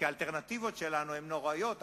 כי האלטרנטיבות שלנו הן נוראיות,